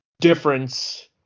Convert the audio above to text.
difference